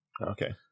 Okay